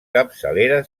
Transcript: capçalera